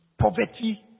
poverty